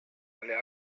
alle